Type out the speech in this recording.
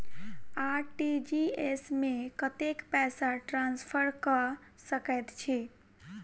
RTGS मे कतेक पैसा ट्रान्सफर कऽ सकैत छी?